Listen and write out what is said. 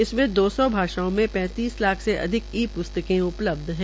इसमें दो सौ भाषाओं में पैतींस लाख से अधिक ई प्स्तकें उपलब्ध है